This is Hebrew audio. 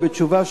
ובתשובה,